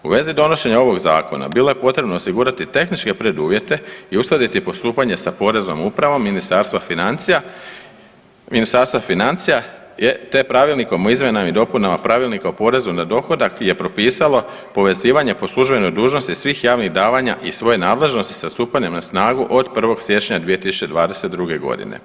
U vezi donošenja ovog zakona bilo je potrebno osigurati tehničke preduvjete i uskladiti postupanje sa Poreznom upravom Ministarstva financija, te Pravilnikom o izmjenama i dopunama Pravilnika o porezu na dohodak je propisalo povezivanje po službenoj dužnosti svih javih davanja iz svoje nadležnosti sa stupanjem na snagu od 1. siječnja 2022. godine.